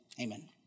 amen